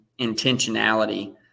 intentionality